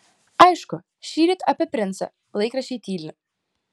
aišku šįryt apie princą laikraščiai tyli